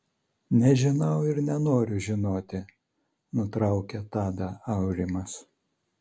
nežinau ir nenoriu žinoti nutraukė tadą aurimas